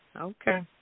Okay